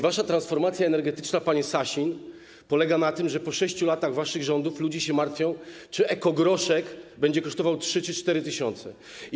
Wasza transformacja energetyczna, panie Sasin, polega na tym, że po 6 latach waszych rządów ludzie się martwią, czy ekogroszek będzie kosztował 3 czy 4 tys.